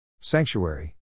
Sanctuary